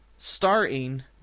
starting